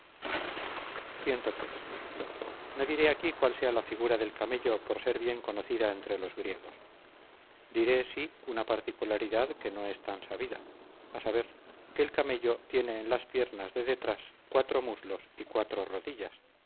carga ciii no diré aquí cuál sea la figura del camello por ser bien conocida entre los griegos diré si una particularidad que no es tan sabida a saber que el camello tiene en las piernas de detrás cuatro muslos y cuatro rodillas